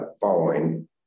following